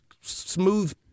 smooth